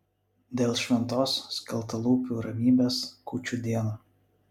dėl šventos skeltalūpių ramybės kūčių dieną